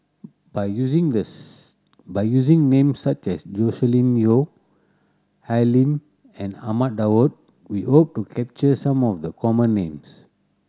by using these by using names such as Joscelin Yeo Al Lim and Ahmad Daud we hope to capture some of the common names